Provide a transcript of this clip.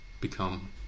become